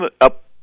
up